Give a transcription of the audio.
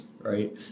right